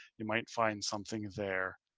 you might find something there.